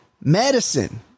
medicine